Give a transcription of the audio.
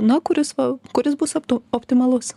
na kuris va kuris bus opti optimalus